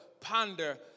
ponder